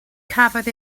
cafodd